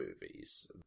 movies